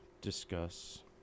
discuss